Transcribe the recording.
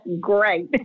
great